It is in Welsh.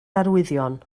arwyddion